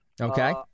Okay